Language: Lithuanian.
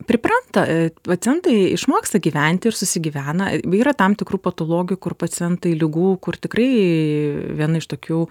pripranta pacientai išmoksta gyventi ir susigyvena yra tam tikrų patologijų kur pacientai ligų kur tikrai viena iš tokių